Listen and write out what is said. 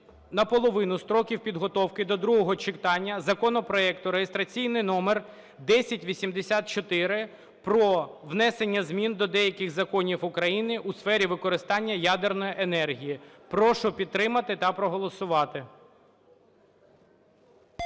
на половину строків підготовки до другого читання законопроекту (реєстраційний номер 1084) про внесення змін до деяких законів України у сфері використання ядерної енергії. Прошу підтримати та проголосувати.